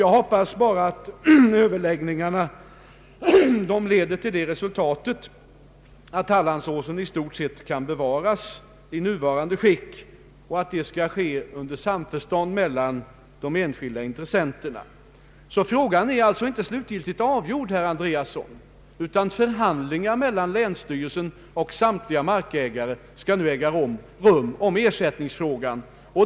Jag hoppas bara att överläggningarna leder till det resultatet att Hallandsåsen i stort sett kan bevaras i sitt nuvarande skick och att det sker under samförstånd med de enskilda intressenterna. Frågan är alltså ännu inte slutgiltigt avgjord, herr Andreasson. Förhandlingar skall äga rum mellan länsstyrelsen och samtliga markägare om ersättningsfrågan.